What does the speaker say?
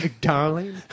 darling